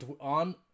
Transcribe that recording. on